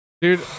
Dude